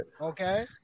okay